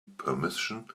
permission